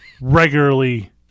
regularly